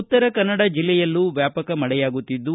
ಉತ್ತರಕನ್ನಡ ಜಿಲ್ಲೆಯಲ್ಲೂ ವ್ಯಾಪಕ ಮಳೆಯಾಗುತ್ತಿದ್ದು